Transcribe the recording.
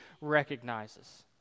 recognizes